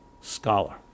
scholar